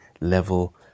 level